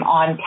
on